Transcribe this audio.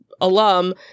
alum